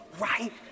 right